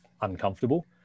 uncomfortable